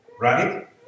right